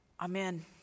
Amen